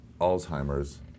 Alzheimer's